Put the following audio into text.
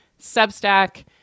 Substack